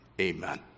Amen